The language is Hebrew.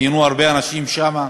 ראיינו הרבה אנשים שם.